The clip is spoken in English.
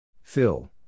Phil